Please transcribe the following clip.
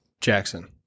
Jackson